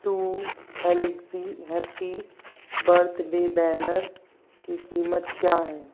to हैलेक्सी happy birthday banner की कीमत क्या है